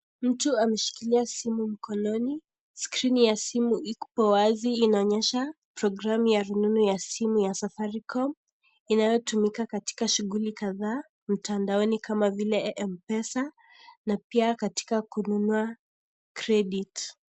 Mtu ameshikila simu mkononi, screen ya simu iko wazi inaonyesha pragramu ya rununu ya simu ya safaricom inayotumika katika shughuli kadhaa mtandaoni kama vile Mpesa na pia katika kununua credit .